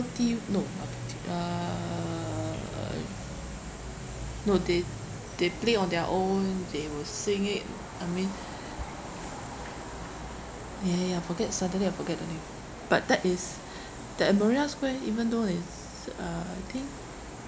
tea no bubble tea uh no they they play on their own they will sing it I mean ya ya ya I forget suddenly I forget the name but that is the marina square even though there is uh I think